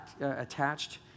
attached